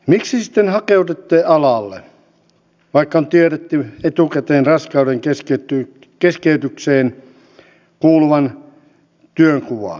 miksi sitten hakeudutte alalle vaikka on tiedetty etukäteen raskaudenkeskeytyksen kuuluvan työnkuvaan